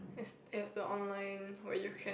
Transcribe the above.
is is the online where you can